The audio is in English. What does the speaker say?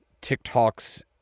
TikTok's